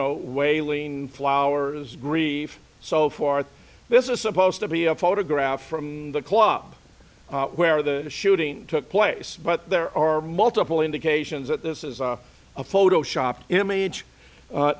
know wailing flowers grief so forth this is supposed to be a photograph from the club where the shooting took place but there are multiple indications that this is a photo shopped image